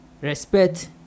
respect